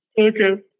Okay